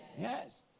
Yes